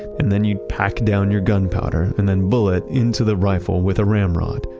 and then you'd pack down your gunpowder, and then bullet, into the rifle with a ramrod.